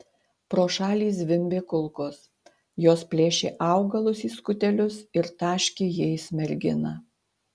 pro šalį zvimbė kulkos jos plėšė augalus į skutelius ir taškė jais merginą